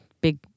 big